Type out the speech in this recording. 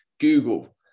Google